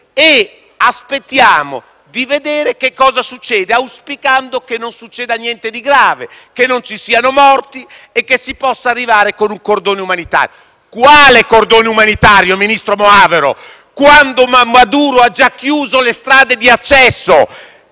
Aspettiamo di vedere che cosa succede, auspicando che non accada niente di grave, che non ci siano morti e si possa arrivare con un cordone umanitario. Ma quale cordone umanitario, ministro Moavero Milanesi, quando Maduro ha già chiuso le strade di accesso?